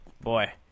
boy